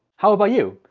how about you?